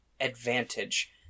advantage